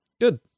Good